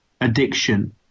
addiction